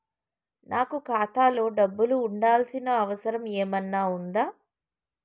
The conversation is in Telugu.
నాకు ఖాతాలో డబ్బులు ఉంచాల్సిన అవసరం ఏమన్నా ఉందా?